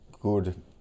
good